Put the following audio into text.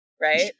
right